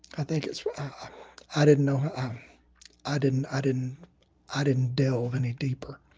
i think it's i didn't know i didn't i didn't i didn't delve any deeper.